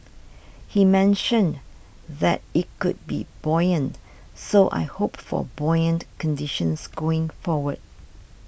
he mentioned that it could be buoyant so I hope for buoyant conditions going forward